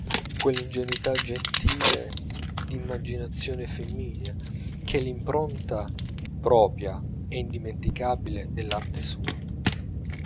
quell'ingenuità gentile d'immaginazione femminea che è l'impronta propria e indimenticabile dell'arte sua